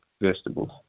vegetables